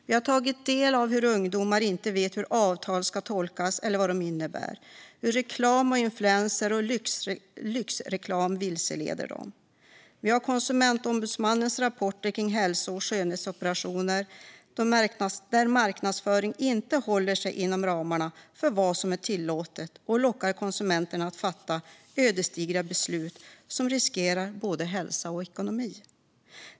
Vi har tagit del av hur ungdomar inte vet hur avtal ska tolkas eller vad de innebär och hur reklam, influerare och lyxreklam vilseleder dem. Vi har konsumentombudsmannens rapporter om hälso och skönhetsoperationer, där marknadsföringen inte håller sig inom ramarna för vad som är tillåtet och lockar konsumenterna att fatta ödesdigra beslut som kan riskera både hälsa och ekonomi.